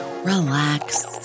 Relax